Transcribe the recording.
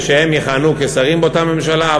שהם יכהנו כשרים באותה ממשלה.